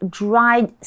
dried